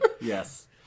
yes